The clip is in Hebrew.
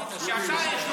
אני רוצה,